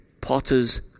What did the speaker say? Potter's